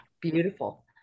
Beautiful